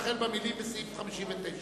החל במלים "בסעיף 59"